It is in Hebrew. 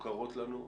מוכרות לנו,